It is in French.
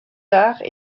arts